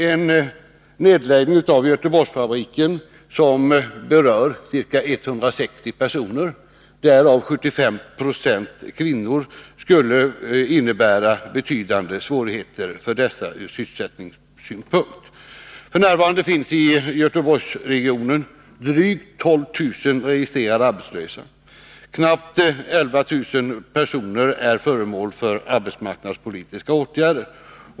En nedläggning av Göteborgsfabriken, som berör ca 160 personer, varav 75 Jo kvinnor, skulle innebära betydande svårigheter för dessa ur sysselsättningssynpunkt. F.n. finns i Göteborgsregionen drygt 12 000 registrerade arbetslösa. Knappt 11 000 personer är föremål för arbetsmarknadspolitiska åtgärder.